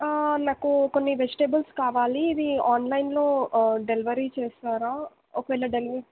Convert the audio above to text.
నాకు కొన్ని వెజిటెబుల్స్ కావాలి ఇది ఆన్లైన్లో డెలివరీ చేస్తారా ఒకవేళ డెలివరి